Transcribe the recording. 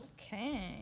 Okay